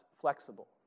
flexible